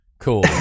cool